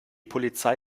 polizei